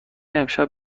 امشب